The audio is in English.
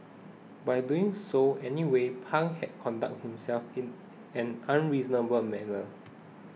by doing so anyway Pang had conducted himself in an unreasonable manner